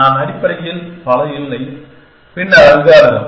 நான் அடிப்படையில் பல இல்லை பின்னர் அல்காரிதம்